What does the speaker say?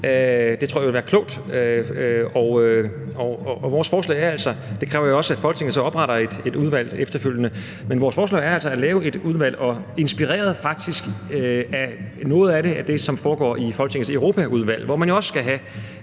Det tror jeg vil være klogt. Og det kræver jo så også, at Folketinget opretter et udvalg efterfølgende. Vores forslag er altså at lave et udvalg, faktisk inspireret af noget af det, som foregår i Folketingets Europaudvalg, hvor man jo også skal have